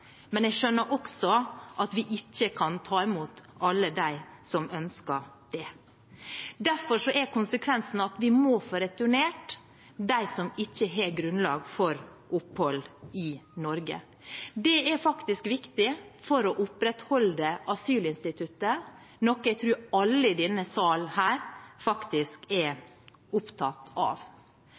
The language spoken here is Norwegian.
men jeg skjønner også at vi ikke kan ta imot alle dem som ønsker det. Derfor er konsekvensen at vi må få returnert dem som ikke har grunnlag for opphold i Norge. Det er faktisk viktig for å opprettholde asylinstituttet, noe jeg tror alle i denne salen faktisk er opptatt av.